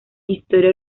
historia